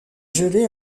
gelée